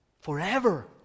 forever